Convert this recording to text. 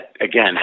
again